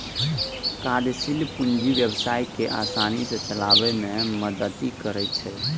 कार्यशील पूंजी व्यवसाय कें आसानी सं चलाबै मे मदति करै छै